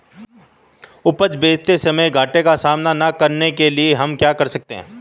उपज बेचते समय घाटे का सामना न करने के लिए हम क्या कर सकते हैं?